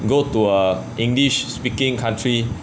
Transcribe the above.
you go to a english speaking country